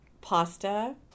pasta